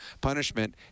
punishment